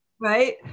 right